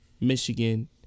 Michigan